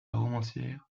romancière